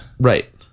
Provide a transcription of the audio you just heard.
Right